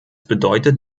bedeutet